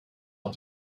won